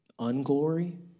unglory